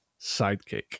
sidekick